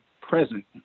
present